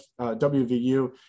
WVU